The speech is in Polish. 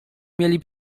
mieli